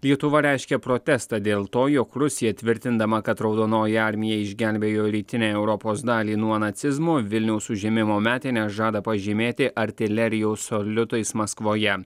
lietuva reiškia protestą dėl to jog rusija tvirtindama kad raudonoji armija išgelbėjo rytinę europos dalį nuo nacizmo vilniaus užėmimo metines žada pažymėti artilerijos saliutais maskvoje